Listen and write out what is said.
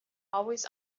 always